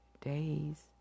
days